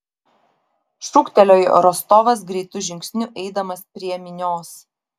šūktelėjo rostovas greitu žingsniu eidamas prie minios